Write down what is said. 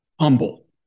humble